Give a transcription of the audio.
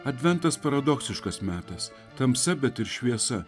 adventas paradoksiškas metas tamsa bet ir šviesa